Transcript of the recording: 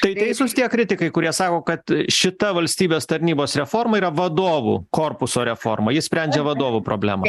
tai teisūs tie kritikai kurie sako kad šita valstybės tarnybos reforma yra vadovų korpuso reforma ji sprendžia vadovų problemą